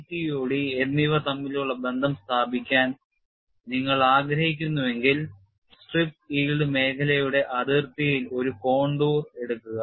J CTOD എന്നിവ തമ്മിലുള്ള ബന്ധം സ്ഥാപിക്കാൻ നിങ്ങൾ ആഗ്രഹിക്കുന്നുവെങ്കിൽ സ്ട്രിപ്പ് yield മേഖലയുടെ അതിർത്തിയിൽ ഒരു കോണ്ടൂർ എടുക്കുക